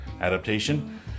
adaptation